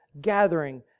gathering